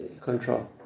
control